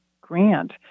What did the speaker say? grant